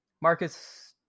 Marcus